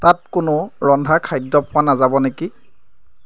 তাত কোনো ৰন্ধা খাদ্য পোৱা নাযাব নেকি